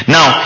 Now